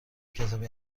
کتابی